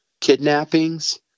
kidnappings